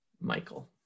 Michael